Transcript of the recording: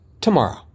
tomorrow